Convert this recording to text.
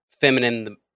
feminine